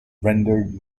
rendered